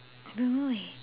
don't know leh